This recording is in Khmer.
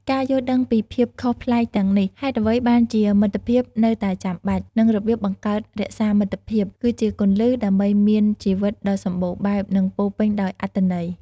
ការយល់ដឹងពីភាពខុសប្លែកទាំងនេះ ហេតុអ្វីបានជាមិត្តភាពនៅតែចាំបាច់ និងរបៀបបង្កើត-រក្សាមិត្តភាព គឺជាគន្លឹះដើម្បីមានជីវិតដ៏សម្បូរបែប និងពោរពេញដោយអត្ថន័យ។